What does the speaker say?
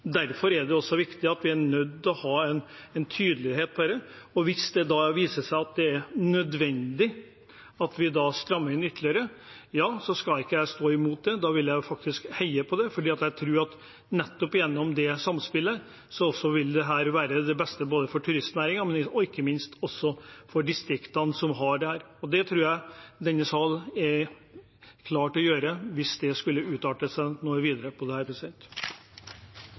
derfor er det også viktig at vi har en tydelighet på dette. Og hvis det da viser seg at det er nødvendig at vi strammer inn ytterligere, skal ikke jeg stå imot det, da vil jeg faktisk heie på det, for jeg tror at nettopp det samspillet vil være det beste både for turistnæringen og ikke minst også for de distriktene som har dette. Og det tror jeg denne salen er klar til å gjøre, hvis dette skulle utarte seg videre. Fritidsfiske er en viktig aktivitet for rekreasjon og naturopplevelser for mange innbyggere i Norge. Fiske som matauk og rekreasjon står så sterkt i landet vårt at det